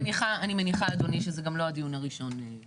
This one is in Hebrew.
אני מניחה אדוני שזה גם לא הדיון הראשון.